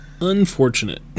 Unfortunate